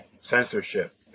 censorship